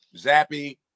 Zappy